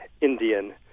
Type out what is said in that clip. Indian